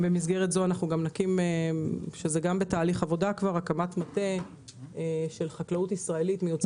במסגרת זו אנחנו נקים מטה של חקלאות ישראלית.